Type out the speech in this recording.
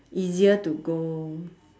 easier to go